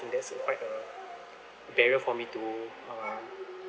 I think that's a quite a barrier for me to uh